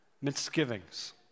misgivings